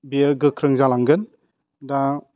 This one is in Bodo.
बियो गोख्रों जालांगोन दा